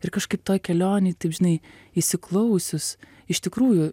ir kažkaip toj kelionėj taip žinai įsiklausius iš tikrųjų